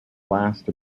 last